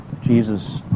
Jesus